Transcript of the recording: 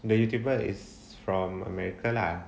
the youtube is from america lah